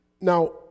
now